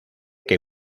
que